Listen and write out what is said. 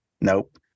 nope